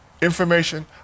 information